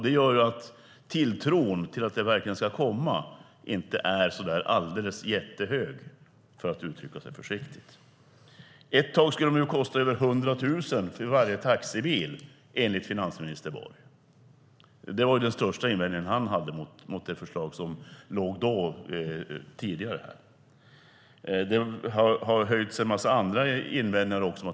Det gör att tilltron till att det verkligen ska komma inte är så jättestor, för att uttrycka det försiktigt. Ett tag skulle det kosta mer än hundra tusen för varje taxibil, enligt finansminister Borg. Det var den största invändningen han hade mot det förslag som tidigare förelåg. Det har också funnits en mängd andra invändningar.